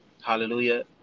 Hallelujah